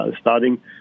starting